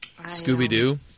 Scooby-Doo